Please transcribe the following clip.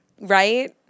right